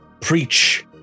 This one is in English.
preach